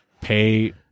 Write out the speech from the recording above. pay